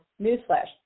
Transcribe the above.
Newsflash